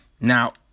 now